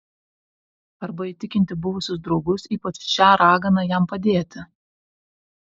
arba įtikinti buvusius draugus ypač šią raganą jam padėti